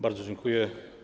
Bardzo dziękuję.